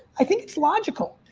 i think it's logical.